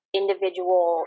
individual